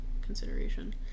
consideration